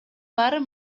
баары